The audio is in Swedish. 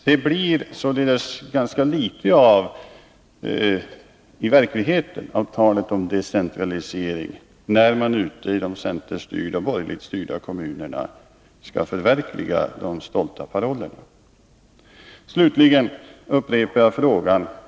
Det blir således ganska litet av talet om decentralisering, när man ute i centerstyrda och borgerliga kommuner skall förverkliga de stolta parollerna. Slutligen vill jag upprepa min fråga.